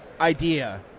idea